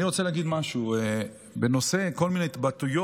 אני רוצה להגיד משהו בנושא כל מיני התבטאויות,